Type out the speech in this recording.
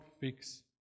fix